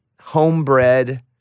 homebred